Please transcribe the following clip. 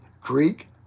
Greek